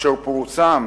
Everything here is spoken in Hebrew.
אשר פורסם